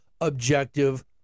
objective